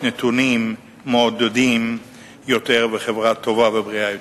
נתונים מעודדים יותר וחברה טובה ובריאה יותר.